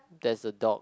there's a dog